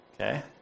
Okay